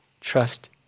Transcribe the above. Trust